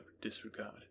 disregard